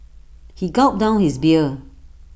he gulped down his beer